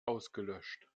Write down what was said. ausgelöscht